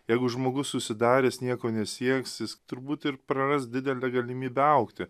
jeigu žmogus užsidaręs nieko nesieks jis turbūt ir praras didelę galimybę augti